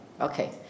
Okay